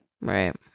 right